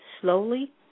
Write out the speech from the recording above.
slowly